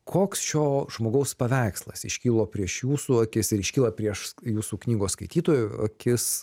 koks šio žmogaus paveikslas iškilo prieš jūsų akis ir iškyla prieš jūsų knygos skaitytojų akis